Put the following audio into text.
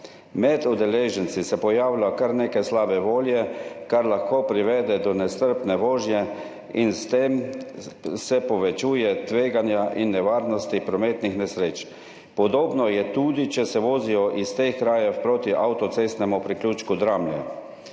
Med udeleženci se pojavlja kar nekaj slabe volje, kar lahko privede do nestrpne vožnje in s tem se povečuje tveganje in nevarnost prometnih nesreč. Podobno je tudi, če se iz teh krajev vozijo proti avtocestnemu priključku Dramlje.